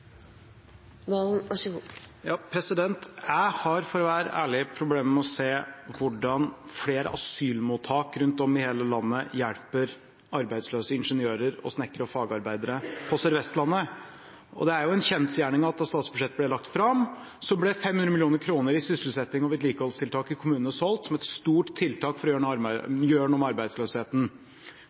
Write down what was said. Jeg har for å være ærlig problemer med å se hvordan flere asylmottak rundt omkring i hele landet hjelper arbeidsløse ingeniører og snekkere og fagarbeidere på Sør-Vestlandet. Og det er jo en kjensgjerning at da statsbudsjettet ble lagt fram, så ble 500 mill. kr i sysselsettings- og vedlikeholdstiltak i kommunene solgt, som et stort tiltak for å gjøre noe